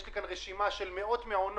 יש לי כאן רשימה של מאות מעונות